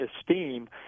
esteem